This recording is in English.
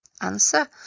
answer